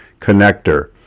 connector